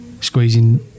squeezing